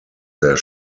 their